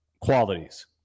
qualities